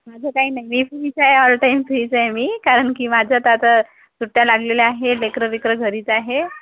माझं काही नाही मी फ्रीच आहे ऑल टाईम फ्रीच आहे मी कारण की माझं तर आता सुट्ट्या लागलेल्या आहेत लेकरं बिकरं घरीच आहे